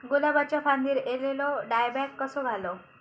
गुलाबाच्या फांदिर एलेलो डायबॅक कसो घालवं?